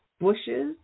bushes